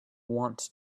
want